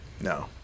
No